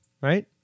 Right